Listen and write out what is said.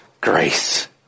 grace